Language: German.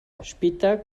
später